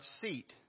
seat